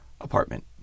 apartment